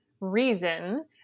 reason